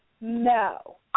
No